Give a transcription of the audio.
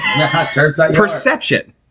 Perception